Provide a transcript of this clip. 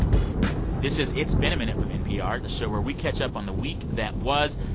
this is it's been a minute from npr, the show where we catch up on the week that was.